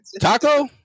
Taco